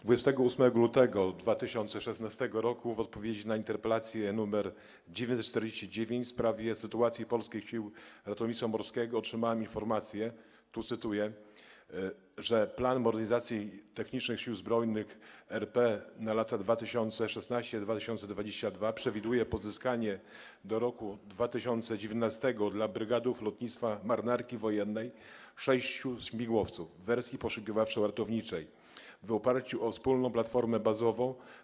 29 lutego 2016 r. w odpowiedzi na interpelację nr 949 w sprawie sytuacji polskich sił ratownictwa morskiego otrzymałem informację, cytuję: „Plan modernizacji technicznej Sił Zbrojnych RP na lata 2016-2022” przewiduje pozyskanie do roku 2019 dla Brygady Lotnictwa Marynarki Wojennej sześciu śmigłowców w wersji poszukiwawczo-ratowniczej w oparciu o wspólną platformę bazową.